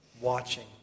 watching